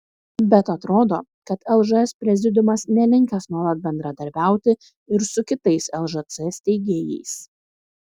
bet atrodo kad lžs prezidiumas nelinkęs nuolat bendradarbiauti ir su kitais lžc steigėjais